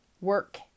work